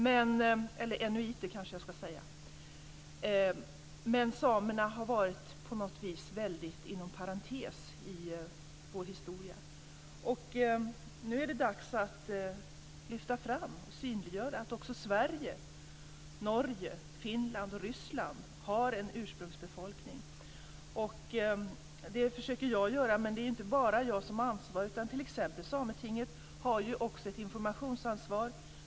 Men samerna har på något vis varit en parentes i vår historia. Nu är det dags att lyfta fram och synliggöra att också Sverige, Norge, Finland och Ryssland har en ursprungsbefolkning. Det försöker jag göra, men det är ju inte bara jag som har ansvaret. Sametinget har t.ex. också ett informationsansvar.